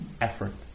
effort